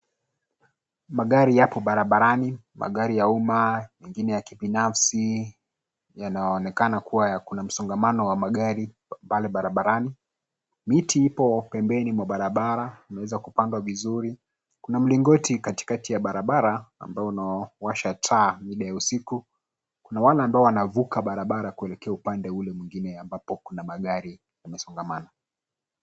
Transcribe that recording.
Magari yapo barabarani, magari ya umma mengine ya kibinafsi, yanaonekana kuwa kuna msongamano wa magari pale barabarani. Miti ipo pembeni mwa barabara, imeweza kupandwa vizuri. Kuna mlingoti katikati ya barabara ambao unawasha taa mida ya usiku. Kuna wale ambao wanavuka barabara kuelekea upande ule mwengine ambapo kuna magari yamesongamana